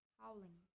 howling